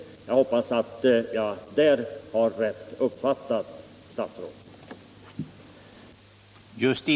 Jag hoppas att jag härvidlag har uppfattat statsrådet rätt.